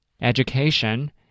education